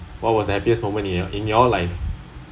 what was happiest moment in in your life